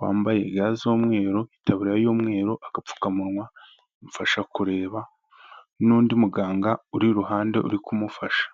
wambaye ga z'umweru, itabura y'umweru, agapfukamunwa imfasha kureba, n'undi muganga uri iruhande uri kumufasha.